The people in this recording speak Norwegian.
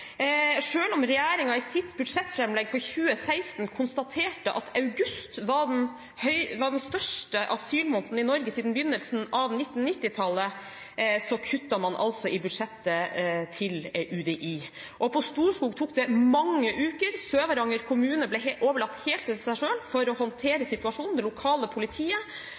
om regjeringen i sitt budsjettframlegg for 2016 konstaterte at august var den største asyltilstrømningsmåneden i Norge siden begynnelsen av 1990-tallet, kuttet man i budsjettet til UDI. På Storskog tok det mange uker – Sør-Varanger kommune og det lokale politiet ble overlatt helt til seg selv – å håndtere situasjonen,